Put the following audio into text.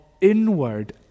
inward